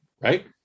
right